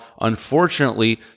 unfortunately